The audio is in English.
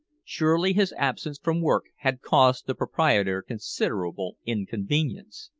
surely his absence from work had caused the proprietor considerable inconvenience?